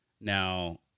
Now